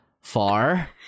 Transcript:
far